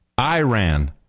Iran